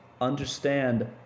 understand